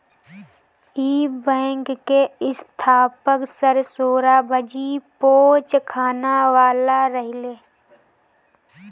इ बैंक के स्थापक सर सोराबजी पोचखानावाला रहले